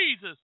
Jesus